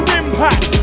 impact